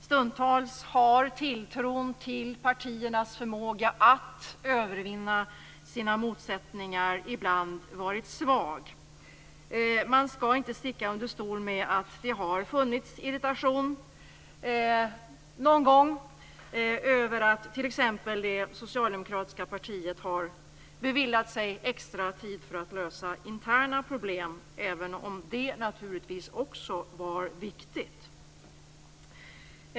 Stundtals har tilltron till partiernas förmåga att övervinna sina motsättningar varit svag. Man skall inte sticka under stol med att det har funnits irritation någon gång, t.ex. över att det socialdemokratiska partiet har beviljat sig extra tid för att lösa interna problem även om det naturligtvis också var viktigt.